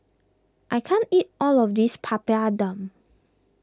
I can't eat all of this Papadum